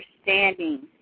understanding